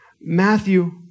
Matthew